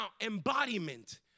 embodiment